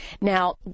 Now